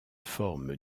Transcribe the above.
formes